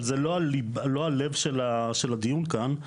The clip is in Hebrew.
אבל זה לא הלב של הדיון כאן,